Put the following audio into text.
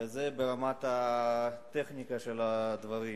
זה ברמת הטכניקה של הדברים.